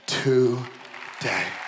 today